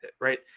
Right